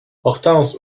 hortense